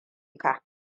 ka